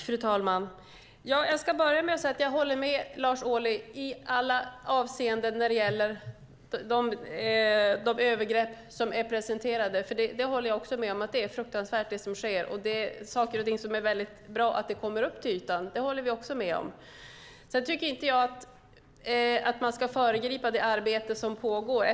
Fru talman! Jag ska börja med att säga att jag håller med Lars Ohly i alla avseenden när det gäller de övergrepp som är presenterade. Det håller jag med om; det som sker är fruktansvärt. Det är saker och ting som det är väldigt bra att de kommer upp till ytan. Det håller vi också med om. Sedan tycker jag inte att man ska föregripa det arbete som pågår.